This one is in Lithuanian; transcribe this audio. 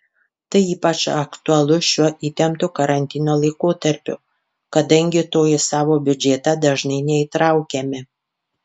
tai ypač aktualu šiuo įtemptu karantino laikotarpiu kadangi to į savo biudžetą dažnai neįtraukiame